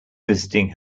visiting